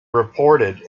reported